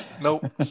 Nope